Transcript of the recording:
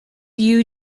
you